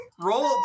roll